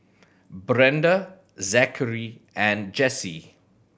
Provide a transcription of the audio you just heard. Brenda Zakary and Jessye